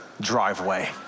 driveway